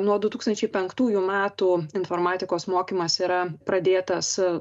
nuo du tūkstančiai penktųjų metų informatikos mokymas yra pradėtas